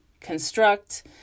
construct